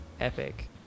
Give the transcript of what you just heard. Epic